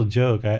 joke